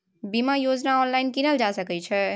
बीमा योजना ऑनलाइन कीनल जा सकै छै?